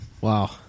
Wow